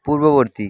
পূর্ববর্তী